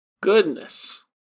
Goodness